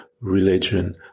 religion